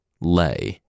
lay